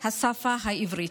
השפה העברית.